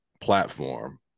platform